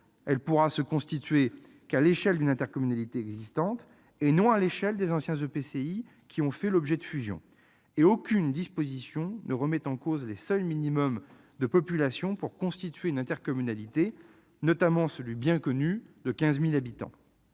Elle ne pourra se constituer qu'à l'échelle d'une intercommunalité existante et non à l'échelle des anciens EPCI qui ont fait l'objet de fusions. Aucune disposition ne remet en cause les seuils minimums de population pour constituer une intercommunalité, notamment celui bien connu de 15 000 habitants.